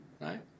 Right